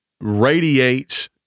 radiates